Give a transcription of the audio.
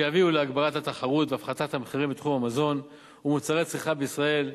שיביא להגברת התחרות והפחתת המחירים בתחום המזון ומוצרי הצריכה בישראל.